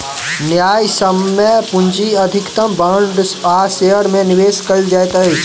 न्यायसम्य पूंजी अधिकतम बांड आ शेयर में निवेश कयल जाइत अछि